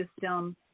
system